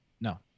No